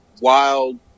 wild